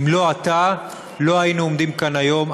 אם לא אתה, לא היינו עומדים כאן היום.